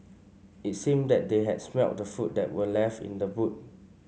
it seemed that they had smelt the food that were left in the boot